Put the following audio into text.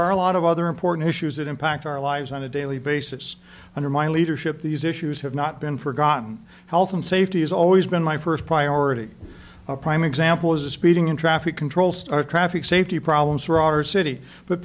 are a lot of other important issues that impact our lives on a daily basis under my leadership these issues have not been forgotten health and safety is always been my first priority a prime example is a speeding in traffic control traffic safety problems for our city but